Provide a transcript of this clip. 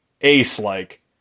ace-like